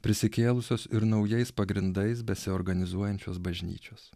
prisikėlusios ir naujais pagrindais besiorganizuojančios bažnyčios